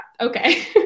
okay